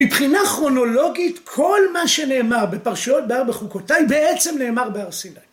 מבחינה כרונולוגית כל מה שנאמר בפרשיות בהר בחוקותי בעצם נאמר בהר סיני.